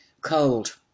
Cold